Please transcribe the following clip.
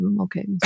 okay